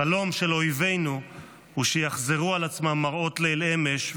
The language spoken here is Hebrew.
החלום של אויבינו הוא שיחזרו על עצמם מראות ליל אמש,